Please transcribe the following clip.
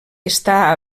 està